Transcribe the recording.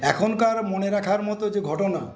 এখনকার মনে রাখার মতো যে ঘটনা